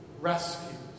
rescues